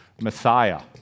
Messiah